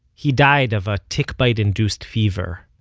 he died of a tick-bite-induced fever.